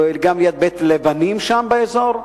וגם בית "יד לבנים" שם באזור,